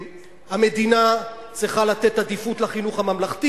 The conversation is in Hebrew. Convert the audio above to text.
המדינה צריכה לתת עדיפות לחינוך הממלכתי,